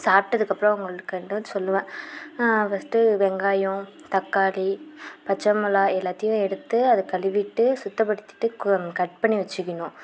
சாப்பிட்டதுக்கப்றோம் அவங்களுக்கு வந்து சொல்லுவேன் ஃபஸ்ட்டு வெங்காயம் தக்காளி பச்சை மொளா எல்லாத்தையும் எடுத்து அது கழிவிவிட்டு சுத்தப்படுத்திவிட்டு கட் பண்ணி வச்சுக்கணும்